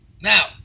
now